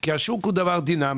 שדיסקונט הוא בנק